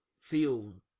feel